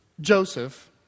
Joseph